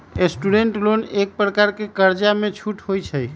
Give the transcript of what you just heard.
student loan एक प्रकार के कर्जामें छूट होइ छइ